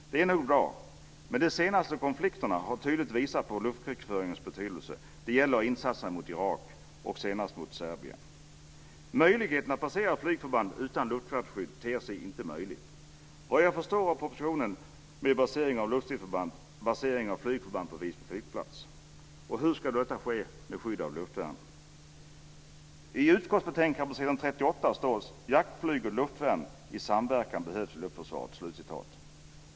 Det är nog bra, men de senaste konflikterna har tydligt visat på luftkrigsföringens betydelse. Det gäller insatserna mot Irak och senast mot Serbien. Möjligheten att basera flygförband utan luftvärnsskydd ter sig inte sannolik. Efter vad jag förstår avser propositionen med basering av luftstridsförband basering av flygförband på Visby flygplats. Hur ska detta ske med skydd av luftvärn? I utskottsbetänkandet på s. 38 står: "Jaktflyg och luftvärn i samverkan behövs i luftförsvaret."